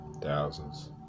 thousands